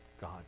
God